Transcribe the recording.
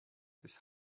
his